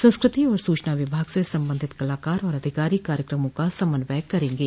संस्कृति और सूचना विभाग से संबंधित कलाकार और अधिकारी कार्यक्रमों का समन्वय करेंगे